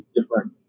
different